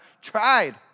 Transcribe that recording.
tried